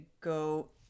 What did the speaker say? go